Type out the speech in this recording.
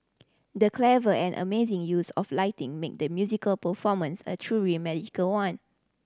the clever and amazing use of lighting made the musical performance a truly magical one